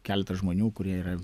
keletas žmonių kurie yra